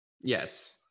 Yes